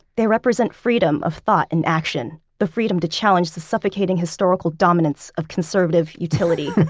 they represent freedom of thought and action. the freedom to challenge the suffocating historical dominance of conservative utility.